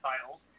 titles